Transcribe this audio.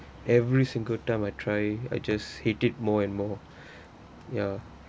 every single time I try I just hate it more and more ya